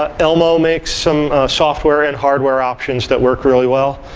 ah elmo makes some software and hardware options that work really well.